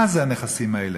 מה זה הנכסים האלה?